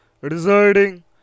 residing